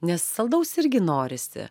nes saldaus irgi norisi